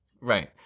right